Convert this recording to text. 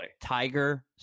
Tiger